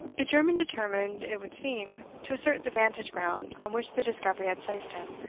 the german, determined, it would seem, to assert the vantage-ground on which the discovery had placed him,